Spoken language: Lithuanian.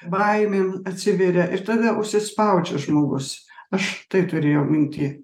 baimei atsiveria ir tave užsispaudžia žmogus aš tai turėjau minty